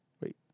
wait